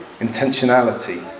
intentionality